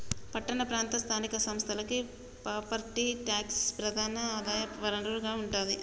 పట్టణ ప్రాంత స్థానిక సంస్థలకి ప్రాపర్టీ ట్యాక్సే ప్రధాన ఆదాయ వనరుగా ఉంటాది